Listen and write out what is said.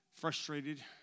frustrated